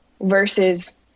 versus